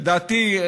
לדעתי,